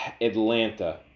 Atlanta